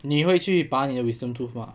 你会去扒你的 wisdom tooth mah